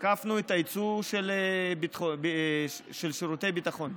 ועקפנו את הייצור של שירותי ביטחון.